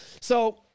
So-